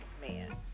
man